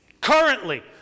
Currently